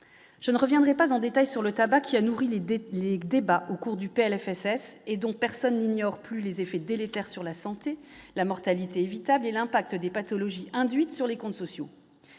je ne reviendrai pas en détail sur le tabac qui a nourri les dettes les débats au cours du PLFSS et dont personne n'ignore plus les effets délétères sur la santé, la mortalité évitable et l'impact des pathologies induites sur les comptes sociaux,